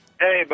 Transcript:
Hey